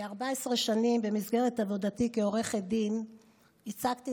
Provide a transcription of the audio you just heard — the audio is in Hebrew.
כ-14 שנים במסגרת עבודתי כעורכת דין ייצגתי